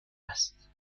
است